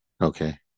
Okay